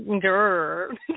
girl